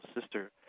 sister